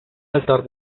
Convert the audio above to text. altar